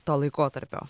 to laikotarpio